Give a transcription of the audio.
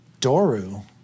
Doru